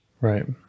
right